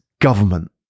Government